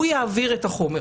הוא יעביר את החומר.